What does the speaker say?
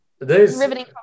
Riveting